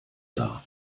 dar